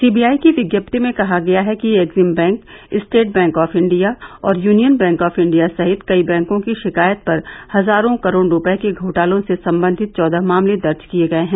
CBI की विज्ञप्ति में कहा गया है कि EXIM bank State Bank of India और यूनियन बैंक ऑफ इंडिया सहित कई बैंकों की शिकायत पर हजारों करोड़ रूपये के घोटालों से संबंधित चौदह मामले दर्ज किए गए हैं